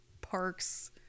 parks